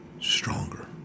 stronger